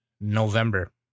November